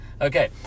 Okay